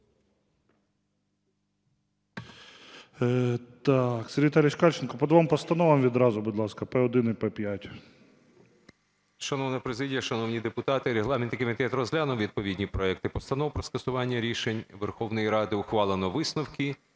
Сергій Віталійович Кальченко по двом постановам відразу, будь ласка, П1 і П5. 13:17:46 КАЛЬЧЕНКО С.В. Шановна президія, шановні депутати, регламентний комітет розглянув відповідні проекти постанов про скасування рішень Верховної Ради, ухвалено висновки,